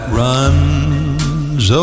runs